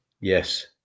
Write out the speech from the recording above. yes